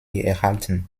erhalten